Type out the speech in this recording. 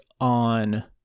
on